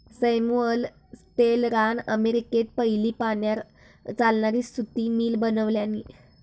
Samuel स्लेटरान अमेरिकेत पयली पाण्यार चालणारी सुती मिल बनवल्यानी